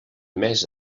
més